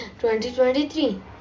2023